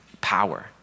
power